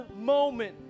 moment